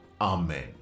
Amen